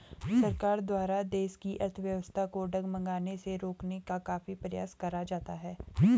सरकार द्वारा देश की अर्थव्यवस्था को डगमगाने से रोकने का काफी प्रयास करा जाता है